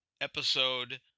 episode